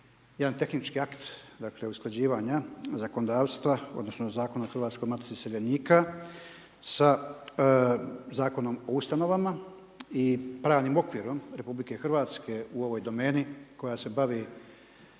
jedan tehnički akt, dakle usklađivanja zakonodavstva odnosno Zakon o Hrvatskoj matici iseljenika sa Zakonom o ustanovama i pravnim okvirom Republike Hrvatske u ovoj domeni koja se bavi